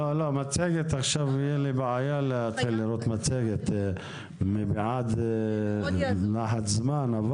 לא, תהיה לי בעיה לראות מצגת עכשיו מפאת לחץ זמן.